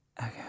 Okay